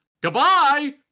Goodbye